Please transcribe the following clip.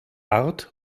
art